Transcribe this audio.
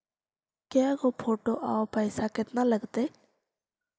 के गो फोटो औ पैसा केतना लगतै?